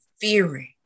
fearing